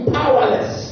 powerless